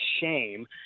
shame